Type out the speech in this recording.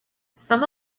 some